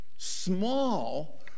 Small